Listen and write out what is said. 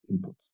inputs